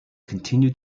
continued